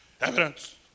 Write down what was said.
Evidence